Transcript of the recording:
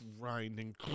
grinding